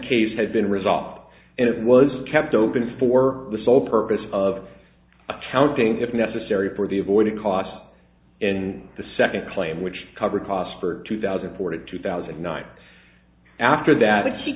case had been resolved and it was kept open for the sole purpose of accounting if necessary for the avoiding costs in the second claim which cover costs for two thousand and four to two thousand and nine after that she